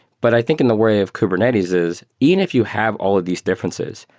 but i think in the way of kubernetes is even if you have all of these differences,